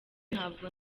ntabwo